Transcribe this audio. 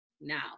Now